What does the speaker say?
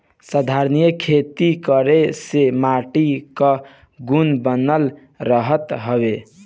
संधारनीय खेती करे से माटी कअ गुण बनल रहत हवे